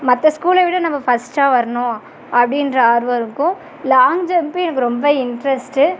மற்ற ஸ்கூலை விட நம்ம ஃபர்ஸ்ட்டாக வரணும் அப்படின்ற ஆர்வம் இருக்கும் லாங் ஜம்ப் எனக்கு ரொம்ப இன்ட்ரஸ்ட்